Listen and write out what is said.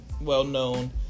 well-known